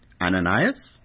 Ananias